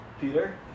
Peter